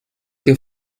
que